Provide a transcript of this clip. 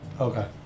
Okay